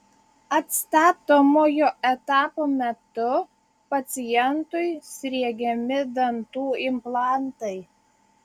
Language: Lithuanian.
atstatomojo etapo metu pacientui sriegiami dantų implantai